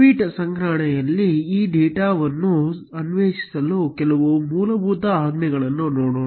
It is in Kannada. ಟ್ವೀಟ್ ಸಂಗ್ರಹಣೆಯಲ್ಲಿ ಈ ಡೇಟಾವನ್ನು ಅನ್ವೇಷಿಸಲು ಕೆಲವು ಮೂಲಭೂತ ಆಜ್ಞೆಗಳನ್ನು ನೋಡೋಣ